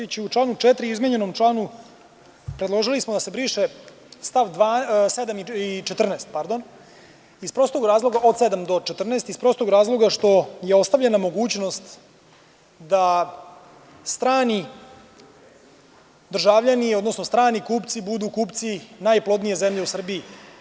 U izmenjenom članu 4. predložili smo da se brišu stavovi od 7. do 14. iz prostog razloga što je ostavljena mogućnost da strani državljani, odnosno strani kupci budu kupci najplodnije zemlje u Srbiji.